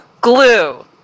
Glue